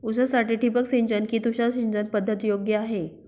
ऊसासाठी ठिबक सिंचन कि तुषार सिंचन पद्धत योग्य आहे?